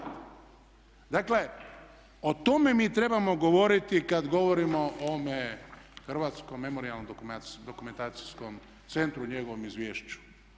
Dakle, o tome mi trebamo govoriti kada govorimo o ovome Hrvatskome memorijalno-dokumentacijskom centru o njegovom izvješću.